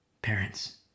parents